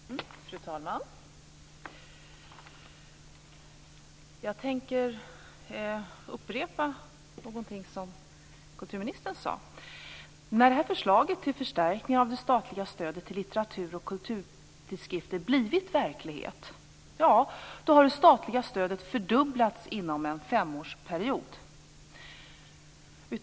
Fru talman! Jag tänker upprepa en sak som kulturministern sade. När en förstärkning av det statliga stödet till litteratur och kulturtidskrifter blivit verklighet, då har det statliga stödet fördubblats inom en femårsperiod.